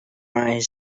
eyes